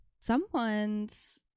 someone's